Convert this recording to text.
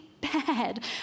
bad